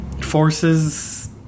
forces